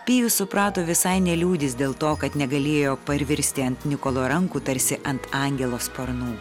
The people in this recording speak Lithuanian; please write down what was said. pijus suprato visai neliūdįs dėl to kad negalėjo parvirsti ant nikolo rankų tarsi ant angelo sparnų